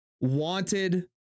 wanted